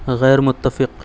غیر متفق